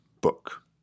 book